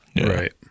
Right